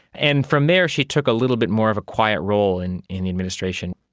and from there she took a little bit more of a quiet role in in the administration.